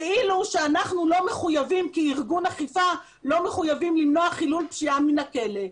כאילו שאנחנו לא מחויבים כארגון אכיפה למנוע חילול פשיעה מן הכלא.